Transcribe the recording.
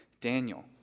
Daniel